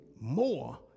more